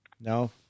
No